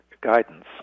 guidance